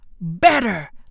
better